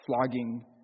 flogging